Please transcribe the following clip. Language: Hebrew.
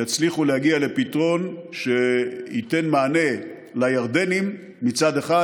יצליחו להגיע לפתרון שייתן מענה לירדנים מצד אחד,